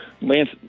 Lance